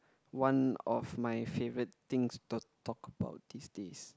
one of my favourite things to talk about these days